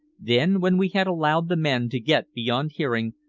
then when we had allowed the men to get beyond hearing,